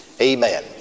Amen